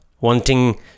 wanting